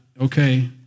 okay